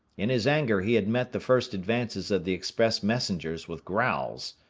in his anger he had met the first advances of the express messengers with growls,